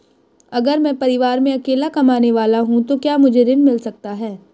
अगर मैं परिवार में अकेला कमाने वाला हूँ तो क्या मुझे ऋण मिल सकता है?